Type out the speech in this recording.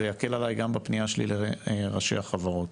זה יקל עליי גם בפנייה שלי לראשי החברות.